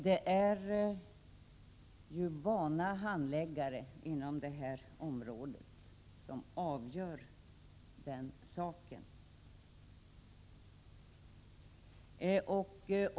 Det är ju vana handläggare inom det här området som avgör den saken.